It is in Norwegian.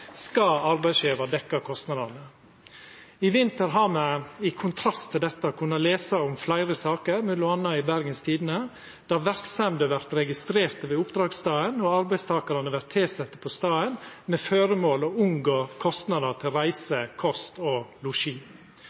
skal arbeidsgjevar dekkja kostnadene. I vinter har me, i kontrast til dette, m.a. i Bergens Tidende kunna lesa om fleire saker der verksemder vert registrerte ved oppdragsstaden og arbeidstakarane vert tilsette på staden, med føremål å unngå kostnader til reise, kost og